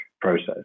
process